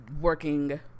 working